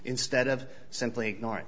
instead of simply ignoring